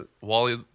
Wally